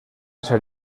ser